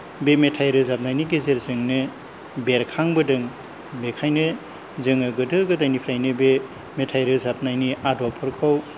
बे मेथाइ रोजाबनायनि गेजेरजोंनो बेरखांबोदों बेखायनो जोङो गोदो गोदायनिफ्रायनो बे मेथाइ रोजाबनायनि आदबफोरखौ